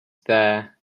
there